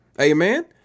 Amen